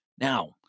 Now